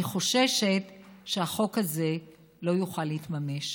אני חוששת שהחוק הזה לא יוכל להתממש.